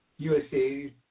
USA